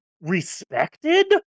respected